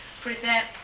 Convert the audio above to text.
present